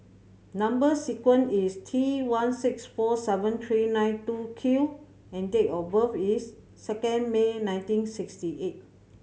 number sequence is T one six four seven three nine two Q and date of birth is second May nineteen sixty eight